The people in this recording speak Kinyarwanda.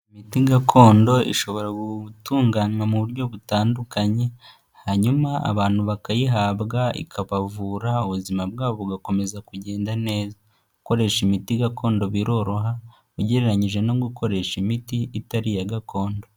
Imiti gakondo ishobora gutunganywa mu buryo butandukanye hanyuma abantu bakayihabwa ikabavura ubuzima bwabo bugakomeza kugenda neza. Gukoresha imiti gakondo biroroha ugereranyije no gukoresha imiti itari iya gakondo.